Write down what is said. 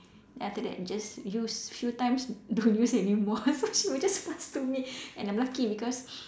then after that just use few times don't use anymore so she will just pass to me and I'm lucky because